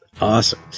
Awesome